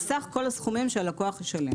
זה סך כל הסכומים שהלקוח ישלם.